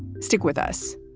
stick with us